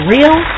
Real